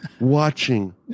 watching